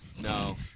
No